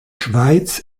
schweiz